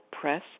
press